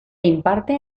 imparte